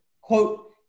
quote